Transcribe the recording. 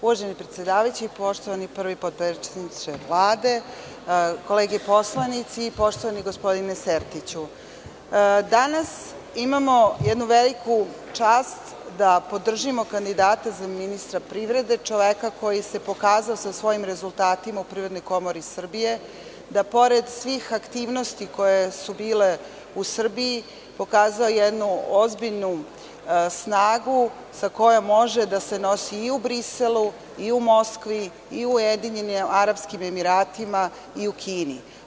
Uvaženi predsedavajući, poštovani prvi potpredsedniče Vlade, kolege poslanici, poštovani gospodine Sertiću, danas imamo jednu veliku čast da podržimo kandidata za ministra privrede, čoveka koji se pokazao sa svojim rezultatima u PKS, da pored svih aktivnosti koje su bile u Srbiji, pokazao jednu ozbiljnu snagu sa kojom može da se nosi i u Briselu, i u Moskvi, i u Ujedinjenim Arapskim Emiratima, i u Kini.